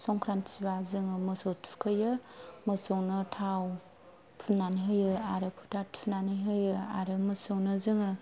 संख्रान्थि बा जोङो मोसौ थुखोयो मोसौनो थाव फुननानै होयो आरो फोथा थुनानै होयो आरो मोसौनो जोङो